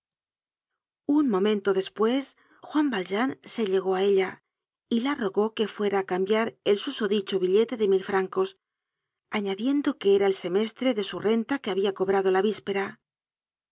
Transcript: un momento despues juan valjean se llegó á ella y la rogó que fuera á cambiar el susodicho billete de mil francos añadiendo que era el semestre de su renta que habia cobrado la víspera